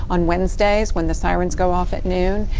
on wednesdays when the sirens go off at noon,